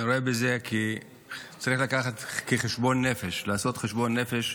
אני רואה בזה חשבון נפש, לעשות חשבון נפש,